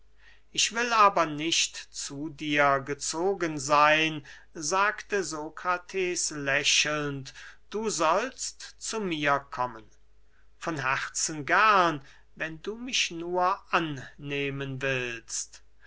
ich will aber nicht zu dir gezogen seyn sagte sokrates lächelnd du sollst zu mir kommen von herzen gern wenn du mich nur annehmen willst